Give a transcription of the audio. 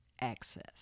access